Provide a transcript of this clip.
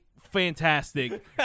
fantastic